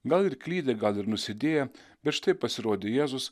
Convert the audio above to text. gal ir klydę gal ir nusidėję bet štai pasirodė jėzus